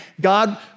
God